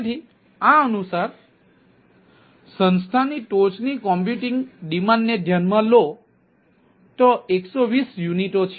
તેથી આ અનુસાર સંસ્થાની ટોચની કમ્પ્યુટિંગ ડિમાન્ડ ને ધ્યાનમાં લો તે 120 યુનિટો છે